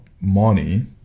money